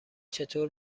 چطور